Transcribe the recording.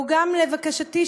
לבקשתי,